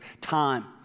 Time